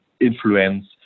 Influence